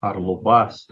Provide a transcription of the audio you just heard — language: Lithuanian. ar lubas